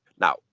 now